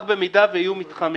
רק במידה ויהיו מתחמים.